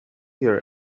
here